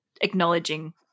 acknowledging